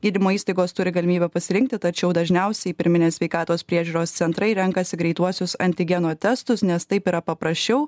gydymo įstaigos turi galimybę pasirinkti tačiau dažniausiai pirminės sveikatos priežiūros centrai renkasi greituosius antigeno testus nes taip yra paprasčiau